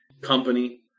company